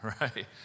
Right